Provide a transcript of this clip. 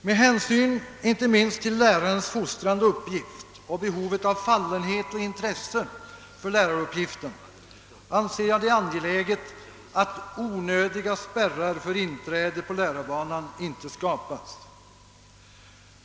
Med hänsyn inte minst till lärarens fostrande uppgift och behovet av fallenhet och intresse för läraruppgiften anser jag det angeläget att onödiga spärrar för inträde på lärarbanan inte skapas.